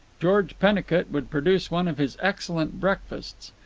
george pennicut would produce one of his excellent breakfasts.